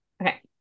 Okay